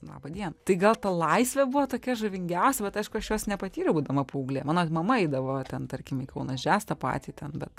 laba diena tai gal ta laisvė buvo tokia žavingiausia bet aišku aš jos nepatyriau būdama paauglė mano mama eidavo ten tarkim į kaunas džes tą patį ten bet